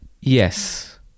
yes